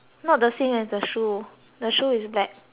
shoes the shoes is black